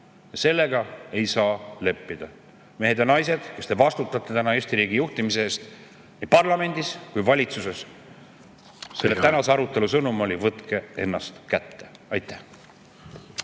Sellega ei saa leppida. Mehed ja naised, kes te vastutate Eesti riigi juhtimise eest nii parlamendis kui ka valitsuses, selle tänase arutelu sõnum oli see: võtke ennast kätte! Aitäh!